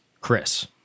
Chris